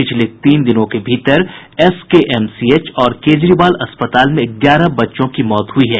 पिछले तीन दिनों के भीतर एसकेएमसीएच और केजरीवाल अस्पताल में ग्यारह बच्चों की मौत हुई है